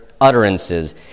utterances